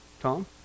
Tom